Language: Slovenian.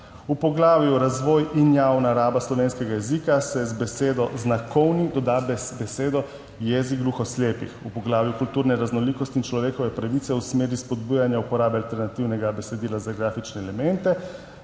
V poglavju Razvoj in javna raba slovenskega jezika se za besedo »znakovni« doda besedo »jezik gluhoslepih«. V poglavju Kulturne raznolikosti in človekove pravice v smeri spodbujanja uporabe alternativnega besedila za grafične elemente,